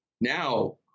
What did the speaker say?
now